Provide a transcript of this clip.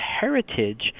heritage